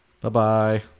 Bye-bye